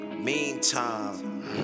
Meantime